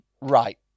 right